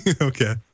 Okay